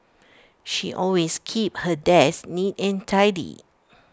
she always keeps her desk neat and tidy